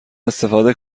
استفاده